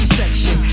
section